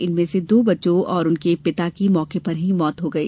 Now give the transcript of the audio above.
इनमें से दो बच्चों और उनके पिता की मौके पर ही मौत हो गई